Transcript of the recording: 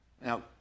Now